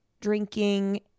drinking